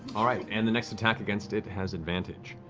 all right. and the next attack against it has advantage.